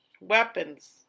Weapons